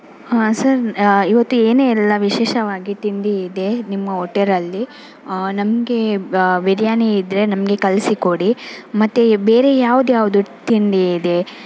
ಹಾಂ ಸರ್ ಇವತ್ತು ಏನೆಲ್ಲ ವಿಶೇಷವಾಗಿ ತಿಂಡಿ ಇದೆ ನಿಮ್ಮ ಹೋಟೆಲಲ್ಲಿ ನಮಗೆ ಬಿರಿಯಾನಿ ಇದ್ದರೆ ನಮಗೆ ಕಳಿಸಿಕೊಡಿ ಮತ್ತೆ ಬೇರೆ ಯಾವುದ್ಯಾವುದು ತಿಂಡಿ ಇದೆ